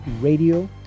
radio